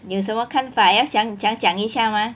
有什么看法要想讲讲一下吗